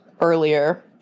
earlier